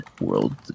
world